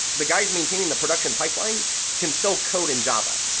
the guys maintaining the production pipelines can still code in java,